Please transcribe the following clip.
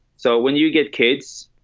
so when you get kids